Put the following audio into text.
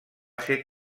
ser